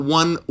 one